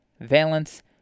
valence